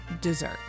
dessert